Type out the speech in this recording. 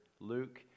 Luke